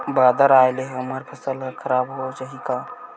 बादर आय ले हमर फसल ह खराब हो जाहि का?